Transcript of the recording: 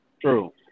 True